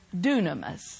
dunamis